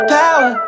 power